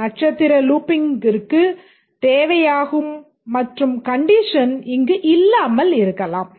நட்சத்திரம் லூப்பிங்கிற்கு தேவையாகும் மற்றும் கண்டிஷன் இங்கு இல்லாமல் இருக்கலாம்